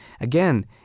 again